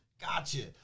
gotcha